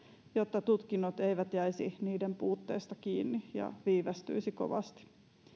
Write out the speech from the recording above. jotta tutkinnot eivät jäisi niiden puutteesta kiinni ja viivästyisi kovasti